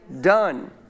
done